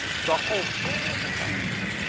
the whole fam is here.